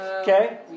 Okay